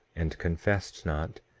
and confessed not,